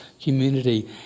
community